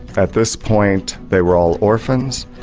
at this point they were all orphans,